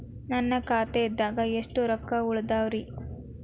ನನ್ನ ಖಾತೆದಾಗ ಎಷ್ಟ ರೊಕ್ಕಾ ಉಳದಾವ್ರಿ?